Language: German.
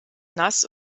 nass